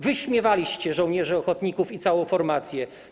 Wyśmiewaliście żołnierzy ochotników i całą formację.